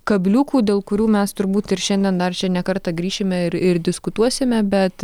kabliukų dėl kurių mes turbūt ir šiandien dar čia ne kartą grįšime ir ir diskutuosime bet